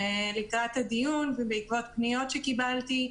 ולקראת הדיון ובעקבות פניות שקיבלתי,